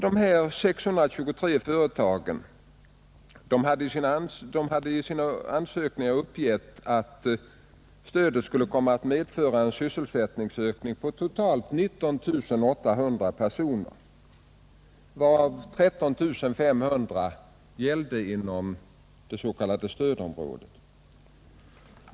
Dessa 623 företag hade i sina ansökningar uppgivit att stödet skulle komma att medföra en sysselsättningsökning på totalt 19 800 personer, varav 13 500 inom det s.k. stödområdet.